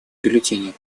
бюллетени